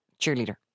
cheerleader